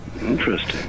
Interesting